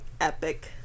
Epic